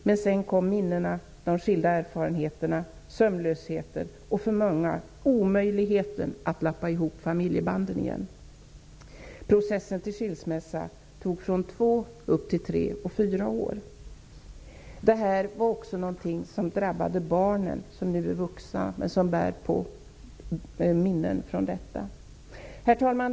Men sedan kom minnena, de skilda erfarenheterna, sömnlösheten och -- för många -- omöjligheten att lappa ihop familjebanden. Processen fram till en skilsmässa varade från två och uppemot tre fyra år. Det här drabbade också barnen, som nu är vuxna men som bär på minnen om det som hänt. Herr talman!